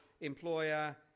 employer